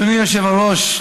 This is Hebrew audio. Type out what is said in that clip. אדוני היושב-ראש,